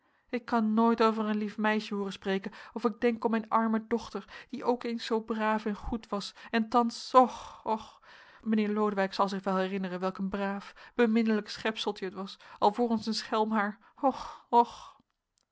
ik kan nooit over een lief meisje hooren spreken of ik denk om mijn arme dochter die ook eens zoo braaf en goed was en thans och och mijnheer lodewijk zal zich wel herinneren welk een braaf beminnelijk schepseltje het was alvorens een schelm haar och och